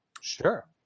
Sure